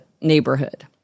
neighborhood